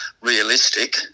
realistic